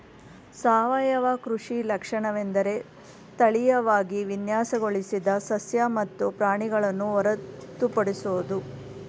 ಸಾವಯವ ಕೃಷಿ ಲಕ್ಷಣವೆಂದರೆ ತಳೀಯವಾಗಿ ವಿನ್ಯಾಸಗೊಳಿಸಿದ ಸಸ್ಯ ಮತ್ತು ಪ್ರಾಣಿಗಳನ್ನು ಹೊರತುಪಡಿಸೋದು